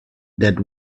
that